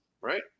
right